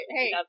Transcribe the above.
Hey